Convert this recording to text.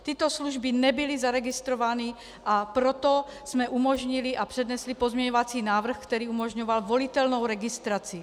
Tyto služby nebyly zaregistrovány, a proto jsme umožnili a přednesli pozměňovací návrh, který umožňoval volitelnou registraci.